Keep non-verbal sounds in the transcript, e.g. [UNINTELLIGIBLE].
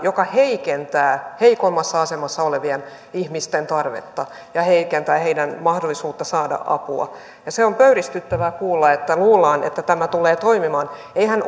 joka heikentää heikoimmassa asemassa olevien ihmisten tarvetta ja heikentää heidän mahdollisuuttaan saada apua ja on pöyristyttävää kuulla että luullaan että tämä tulee toimimaan eihän [UNINTELLIGIBLE]